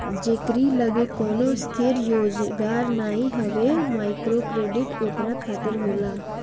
जेकरी लगे कवनो स्थिर रोजगार नाइ हवे माइक्रोक्रेडिट ओकरा खातिर होला